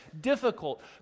difficult